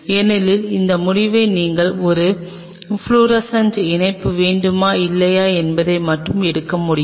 ஏனெனில் அந்த முடிவை நீங்கள் ஒரு ஃப்ளோரசன்ட் இணைப்பு வேண்டுமா இல்லையா என்பதை மட்டுமே எடுக்க முடியும்